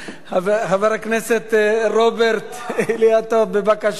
חבר הכנסת רוברט אילטוב, בבקשה.